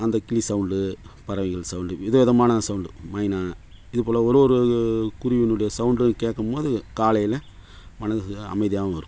அந்த கிளி சவுண்டு பறவைகள் சவுண்டு விதவிதமான சவுண்டு மைனா இது போல் ஒரு ஒரு குருவினுடைய சவுண்ட்டும் கேட்கும்போதும் காலையில் மனதுக்கு கொஞ்சும் அமைதியாகவும் இருக்கும்